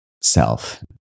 self